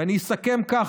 ואני אסכם כך,